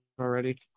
already